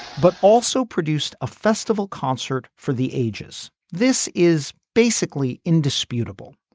but also produced a festival concert for the ages. this is basically indisputable.